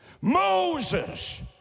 Moses